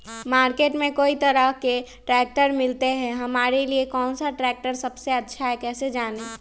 Market में कई तरह के ट्रैक्टर मिलते हैं हमारे लिए कौन सा ट्रैक्टर सबसे अच्छा है कैसे जाने?